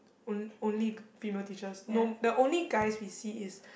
on~ only female teachers no the only guys we see is